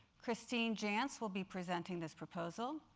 christine jantz will be presenting this proposal.